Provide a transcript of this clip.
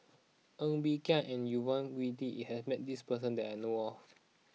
Ng Bee Kia and Yvonne Uhde has met this person that I know of